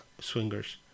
Swingers